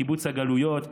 קיבוץ הגלויות.